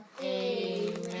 Amen